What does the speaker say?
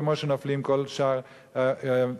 כמו שנופלים כל שאר המשטרים.